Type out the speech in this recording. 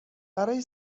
برای